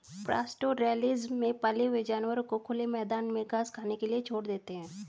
pastoralism में पाले हुए जानवरों को खुले मैदान में घास खाने के लिए छोड़ देते है